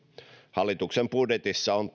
hallituksen budjetissa on